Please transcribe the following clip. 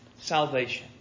Salvation